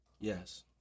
Yes